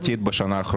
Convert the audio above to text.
נכון.